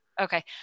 okay